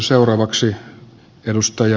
arvoisa puhemies